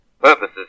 purposes